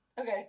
Okay